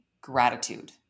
gratitude